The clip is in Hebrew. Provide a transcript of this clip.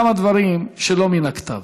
וכמה דברים שלא מן הכתב.